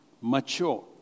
mature